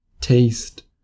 taste